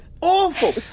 awful